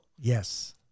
yes